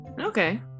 Okay